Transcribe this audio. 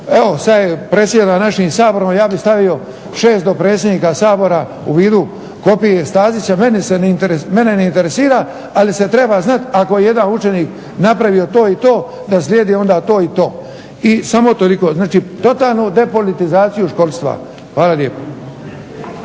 evo sad predsjeda našim Saborom, ja bih stavio 6 dopredsjednika Sabora u vidu kopije Stazića. Mene ne interesira, ali se treba znat, ako je jedan učenik napravio to i to da slijedi onda to i to. I samo toliko. Znači totalnu depolitizaciju školstva. Hvala lijepo.